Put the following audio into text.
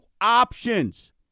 options